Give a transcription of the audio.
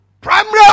primary